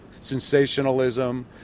sensationalism